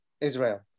Israel